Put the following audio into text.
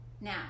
Now